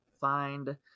find